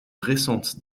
récente